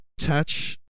attach